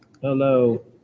Hello